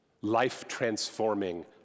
life-transforming